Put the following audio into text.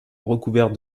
recouverts